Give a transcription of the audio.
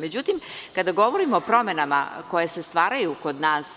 Međutim, kada govorimo o promenama koje se stvaraju kod nas,